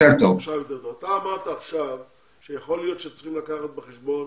שיכול להיות שצריך לקחת בחשבון